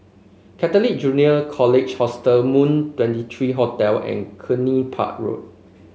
Catholic Junior College Hostel Moon Twenty three Hotel and Cluny Park Road